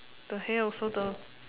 the hay also the